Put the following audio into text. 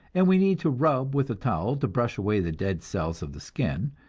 and we need to rub with a towel to brush away the dead cells of the skin,